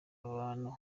abantu